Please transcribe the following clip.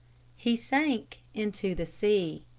he sank into the sea.